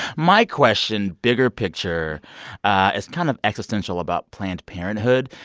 my question bigger picture is kind of existential about planned parenthood.